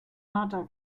harter